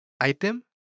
item